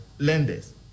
Lenders